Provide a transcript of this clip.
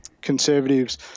conservatives